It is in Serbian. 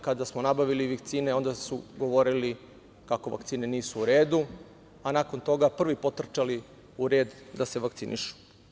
Kada smo nabavili vakcine, onda su govorili kako vakcine nisu u redu, a nakon toga prvi potrčali u red da se vakcinišu.